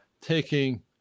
taking